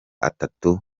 atatu